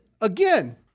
Again